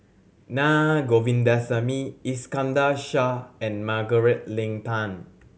Naa Govindasamy Iskandar Shah and Margaret Leng Tan